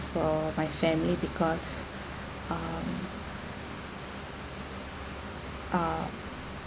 for my family because um uh